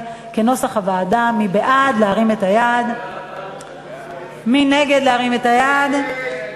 מכיוון שאין הסתייגויות אנחנו עוברים ישירות להצבעה על הסעיף.